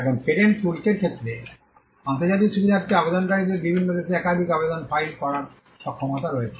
এখন পেটেন্ট শুল্কের ক্ষেত্রে আন্তর্জাতিক সুবিধার্থে আবেদনকারীদের বিভিন্ন দেশে একাধিক আবেদন ফাইল করার সক্ষমতা রয়েছে